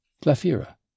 glafira